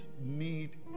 need